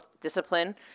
discipline